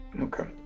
okay